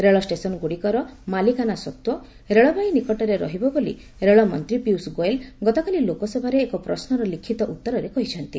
ରେଳଷ୍ଟେସନ ଗୁଡ଼ିକର ମାଲିକାନା ସତ୍ତ୍ୱ ରେଳବାଇ ନିକଟରେ ରହିବ ବୋଳି ରେଳମନ୍ତ୍ରୀ ପୀୟୁଷ ଗୋଏଲ ଗତକାଲି ଲୋକସଭାରେ ଏକ ପ୍ରଶ୍ମର ଲିଖିତ ଉତ୍ତରରେ କହିଛନ୍ତି